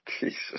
Jesus